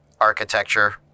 architecture